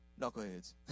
Knuckleheads